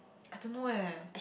I don't know eh